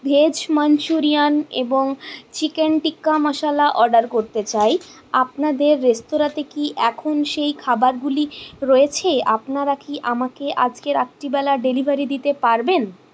veg Manchurian এবং chicken tikka masala order করতে চাই আপনাদের রেস্তোরাঁতে কি এখন সেই খাবারগুলি রয়েছে আপনারা কি আমাকে আজকে রাত্রিবেলা ডেলিভারি দিতে পারবেন